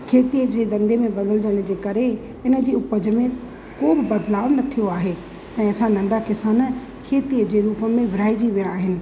खेतीअ जे धंधे में वञण जे करे हिनजी उपज में को बि बदलाउ कोन थियो आहे ऐं असां नंढा किसान खेतीअ जे रूप में विहिराइजी विया आहियूं